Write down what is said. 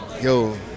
Yo